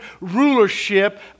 rulership